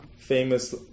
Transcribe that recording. famous